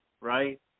right